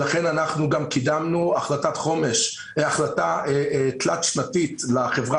לכן גם קידמנו החלטה תלת שנתית לחברה